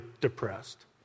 depressed